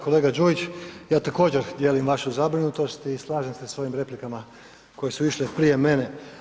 Kolega Đujić, ja također dijelim vašu zabrinutost i slažem se sa ovim replikama koje su išle prije mene.